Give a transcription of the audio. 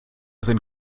sind